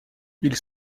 ils